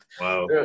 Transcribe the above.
Wow